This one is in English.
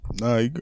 Nah